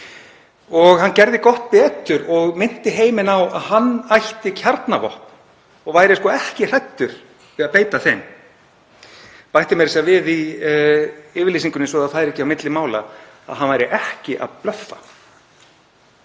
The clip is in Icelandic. Hann gerði gott betur og minnti heiminn á að hann ætti kjarnavopn og væri sko ekki hræddur við að beita þeim, bætti meira að segja við í yfirlýsingunni, svo það færi ekki á milli mála, að hann væri ekki að blöffa.